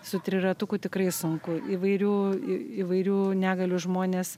su triratuku tikrai sunku įvairių į įvairių negalių žmonės